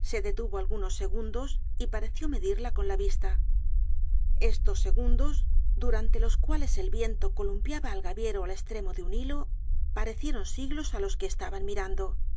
se detuvo algunos segundos y pareció medirla con la vista estos segundos durante los cuales el viento columpiaba al gaviero al estremo de un hilo parecieron siglos á los que estaban mirando en